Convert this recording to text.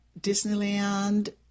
Disneyland